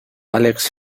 alex